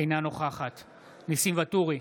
אינה נוכחת ניסים ואטורי,